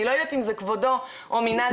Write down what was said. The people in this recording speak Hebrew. אני לא יודעת אם זה כבודו או מינהל תכנון.